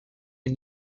les